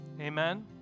Amen